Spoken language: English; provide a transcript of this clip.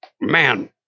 Man